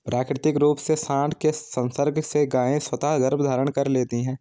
प्राकृतिक रूप से साँड के संसर्ग से गायें स्वतः गर्भधारण कर लेती हैं